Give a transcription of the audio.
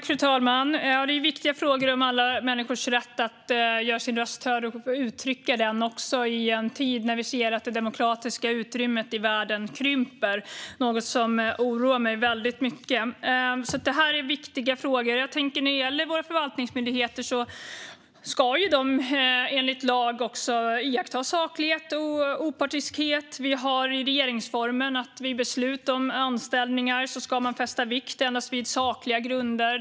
Fru talman! Detta är viktiga frågor om alla människors rätt att göra sin röst hörd och uttrycka den också i en tid när vi ser att det demokratiska utrymmet i världen krymper. Det är något som oroar mig väldigt mycket. Detta är alltså viktiga frågor. Våra förvaltningsmyndigheter ska enligt lag iaktta saklighet och opartiskhet. Enligt regeringsformen ska man vid beslut om anställningar fästa vikt endast vid sakliga grunder.